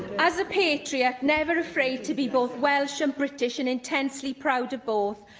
as a patriot, never afraid to be both welsh and british, and intensely proud of both,